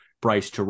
Bryce